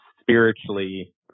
spiritually